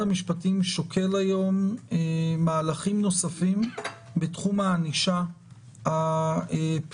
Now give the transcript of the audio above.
המשפטים שוקל היום מהלכים נוספים בתחום הענישה הפלילית?